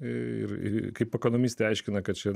ir kaip ekonomistė aiškina kad čia